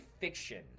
fiction